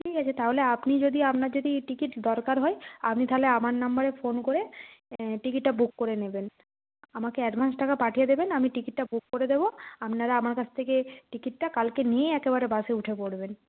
ঠিক আছে তাহলে আপনি যদি আপনার যদি টিকিট দরকার হয় আপনি তাহলে আমার নম্বরে ফোন করে টিকিটটা বুক করে নেবেন আমাকে অ্যাডভান্স টাকা পাঠিয়ে দেবেন আমি টিকিটটা বুক করে দেব আপনারা আমার কাছ থেকে টিকিটটা কালকে নিয়েই একেবারে বাসে উঠে পড়বেন